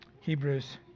Hebrews